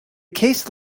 case